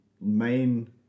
main